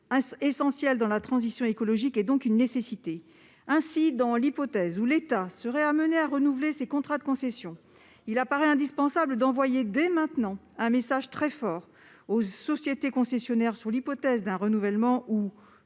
essentielles dans la transition écologique. Ainsi, dans l'hypothèse où l'État serait amené à renouveler ces contrats de concession, il apparaît indispensable d'envoyer dès maintenant un message très fort aux sociétés concessionnaires sur l'hypothèse d'un renouvellement ou